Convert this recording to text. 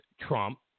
Trump